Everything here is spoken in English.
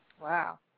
Wow